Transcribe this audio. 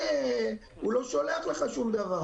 הוא לא שולח לך שום דבר.